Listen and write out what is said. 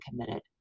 committed